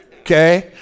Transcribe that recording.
okay